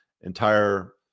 entire